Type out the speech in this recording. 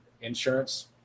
insurance